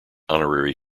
honorary